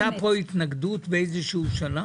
הייתה פה התנגדות באיזשהו שלב?